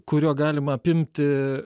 kuriuo galima apimti